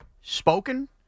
spoken